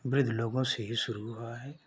वृद्ध लोगों से ही शुरू हुआ है